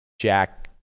Jack